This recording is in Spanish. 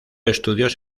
estudios